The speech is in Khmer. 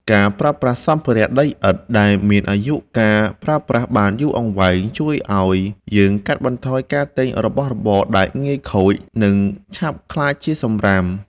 ការប្រើប្រាស់សម្ភារៈដីឥដ្ឋដែលមានអាយុកាលប្រើប្រាស់បានយូរអង្វែង ជួយឱ្យយើងកាត់បន្ថយការទិញរបស់របរដែលងាយខូច និង ឆាប់ក្លាយជាសម្រាម។